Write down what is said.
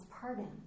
pardon